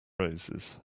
roses